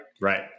Right